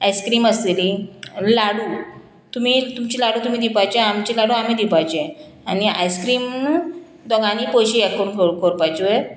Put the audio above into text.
ice cream आसतेली लाडू तुमी तुमचे लाडू तुमी दिवपाचे आमचे लाडू आमी दिवपाचे आनी आयस्क्रीम दोगांनी पयशे हे कोरून कोरपाच्यो